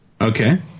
Okay